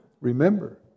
remember